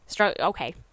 Okay